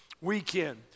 weekend